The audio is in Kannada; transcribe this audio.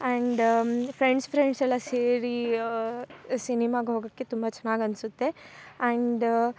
ಆ್ಯಂಡ್ ಫ್ರೆಂಡ್ಸ್ ಫ್ರೆಂಡ್ಸ್ ಎಲ್ಲ ಸೇರಿ ಸಿನಿಮಾಗೆ ಹೋಗೋಕೆ ತುಂಬ ಚೆನ್ನಾಗ್ ಅನಿಸುತ್ತೆ ಆ್ಯಂಡ್